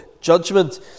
judgment